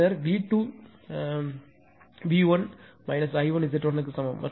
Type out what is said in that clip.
பின்னர் V2 பின்னர் V1 I1Z1 க்கு சமம்